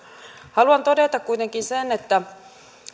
haluan todeta kuitenkin sen että